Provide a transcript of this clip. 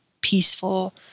peaceful